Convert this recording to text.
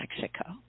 Mexico